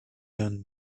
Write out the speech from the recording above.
done